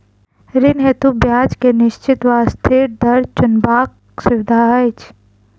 ऋण हेतु ब्याज केँ निश्चित वा अस्थिर दर चुनबाक सुविधा अछि